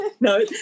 No